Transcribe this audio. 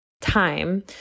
time